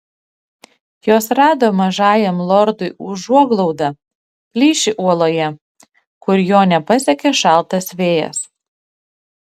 jos rado mažajam lordui užuoglaudą plyšį uoloje kur jo nepasiekė šaltas vėjas